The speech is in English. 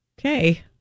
Okay